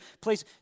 place